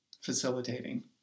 facilitating